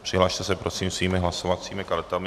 Přihlaste se prosím svými hlasovacími kartami.